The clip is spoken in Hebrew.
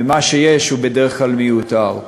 ומה שיש הוא בדרך כלל מיותר.